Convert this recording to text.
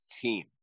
team